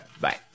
Bye